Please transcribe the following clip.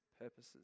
purposes